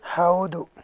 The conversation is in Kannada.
ಹೌದು